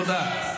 תודה.